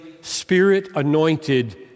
spirit-anointed